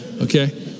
Okay